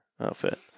outfit